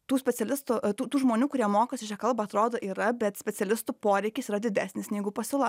tų specialistų tų tų žmonių kurie mokosi šią kalbą atrodo yra bet specialistų poreikis yra didesnis negu pasiūla